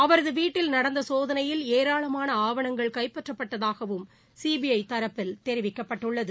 அவரது வீட்டில் நடந்த சோதனையில் ஏராளமாள ஆவணங்கள் கைப்பற்றப்பட்டதாகவும் சீபிஐ தரப்பில் தெரிவிக்கப்பட்டுள்ளது